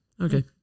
Okay